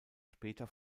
später